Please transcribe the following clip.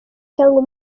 cyangwa